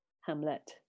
Hamlet